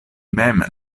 mem